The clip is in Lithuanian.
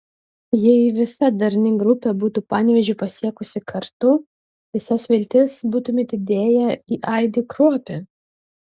jei visa darni grupė būtų panevėžį pasiekusi kartu visas viltis būtumėte dėję į aidį kruopį